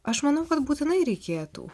aš manau kad būtinai reikėtų